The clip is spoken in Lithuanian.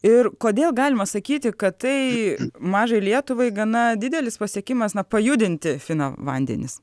ir kodėl galima sakyti kad tai mažai lietuvai gana didelis pasiekimas na pajudinti fina vandenis